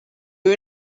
you